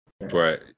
right